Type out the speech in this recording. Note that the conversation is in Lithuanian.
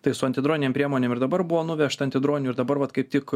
tai su antidroninėm priemonėm ir dabar buvo nuvežta antidroninių ir dabar vat kaip tik